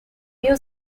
new